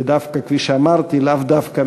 ודווקא, כפי שאמרתי, לאו דווקא